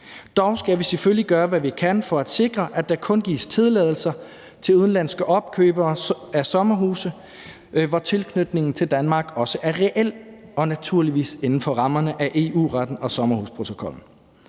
Dog skal vi selvfølgelig gøre, hvad vi kan, for at sikre, at der kun gives tilladelser til udenlandske opkøbere af sommerhuse, der har en reel tilknytning til Danmark, og naturligvis inden for rammerne af EU-retten og sommerhusprotokollen.